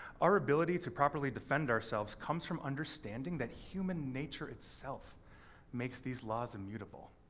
our ability to properly defend ourselves comes from understanding that human nature itself makes these laws immutable.